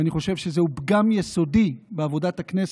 ואני חושב שזהו פגם יסודי בעבודת הכנסת,